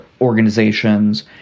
organizations